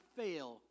fail